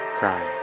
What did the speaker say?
cry